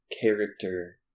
character